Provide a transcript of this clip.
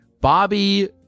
Bobby